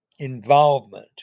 involvement